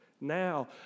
Now